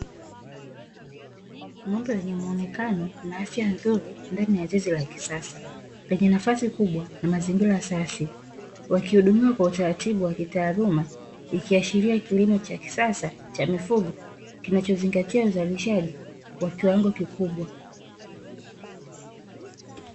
Ng'ombe wenye muonekano na afya nzuri ndani ya zizi la kisasa, penye nafasi kubwa na mazingira safi wakihudumiwa kwa utaratibu wa kitaaluma ikiashiria kilimo cha kisasa cha mifugo kinachozingatia uzalishaji wa kiwango kikubwa.